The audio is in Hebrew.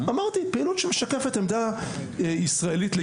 אמרתי פעילות שמשקפת עמדה ישראלית לגיטימית.